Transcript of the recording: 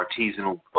artisanal